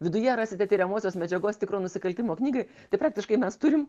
viduje rasite tiriamosios medžiagos tikro nusikaltimo knygai tai praktiškai mes turim